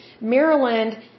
Maryland